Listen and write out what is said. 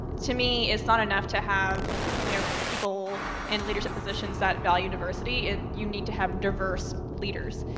to me, it's not enough to have, you know, people in leadership positions that value diversity, it, you need to have diverse leaders.